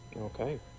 Okay